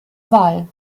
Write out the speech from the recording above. wahl